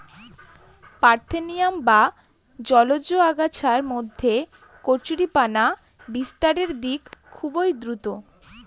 parthenium বা জলজ আগাছার মধ্যে কচুরিপানা বিস্তারের দিক খুবই দ্রূত